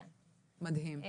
לא, זה מדהים.